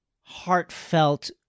heartfelt